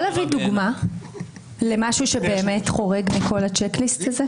אתה יכול להביא דוגמה למשהו שבאמת חורג מכל הצ'ק ליסט הזה?